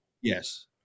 Yes